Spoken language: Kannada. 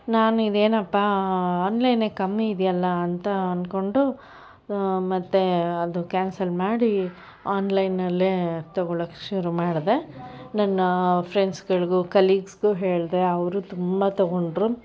ನಾನು ಇದು ಏನಪ್ಪ ಆನ್ಲೈನೇ ಕಮ್ಮಿ ಇದೆಯಲ್ಲ ಅಂತ ಅಂದ್ಕೊಂಡು ಮತ್ತೆ ಅದು ಕ್ಯಾನ್ಸಲ್ ಮಾಡಿ ಆನ್ಲೈನ್ನಲ್ಲೇ ತಗೊಳ್ಳೋಕೆ ಶುರು ಮಾಡಿದೆ ನನ್ನ ಫ್ರೆಂಡ್ಸ್ಗಳಿಗೂ ಕಲೀಗ್ಸ್ಗೂ ಹೇಳಿದೆ ಅವರೂ ತುಂಬ ತಗೊಂಡ್ರು